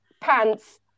pants